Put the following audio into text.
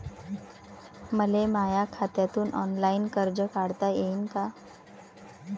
मले माया खात्यातून ऑनलाईन कर्ज काढता येईन का?